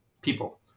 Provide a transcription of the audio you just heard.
people